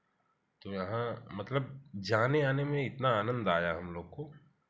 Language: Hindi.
तो यहाँ मतलब जाने आने में इतना आनंद आया हम लोग को